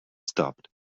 stopped